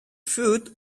food